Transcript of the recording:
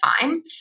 fine